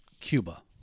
Cuba